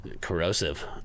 corrosive